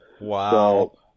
wow